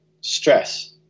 stress